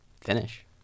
finish